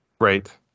right